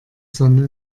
sonne